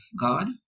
God